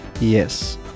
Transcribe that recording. Yes